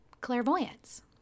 clairvoyance